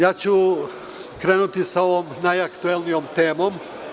Ja ću krenuti sa ovom najaktuelnijom temom.